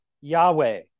Yahweh